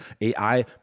AI